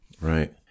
Right